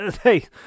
hey